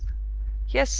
yes, sir.